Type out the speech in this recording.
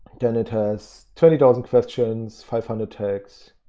then it has twenty thousand questions, five hundred tags